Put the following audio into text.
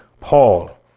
Paul